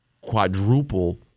quadruple